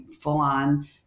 full-on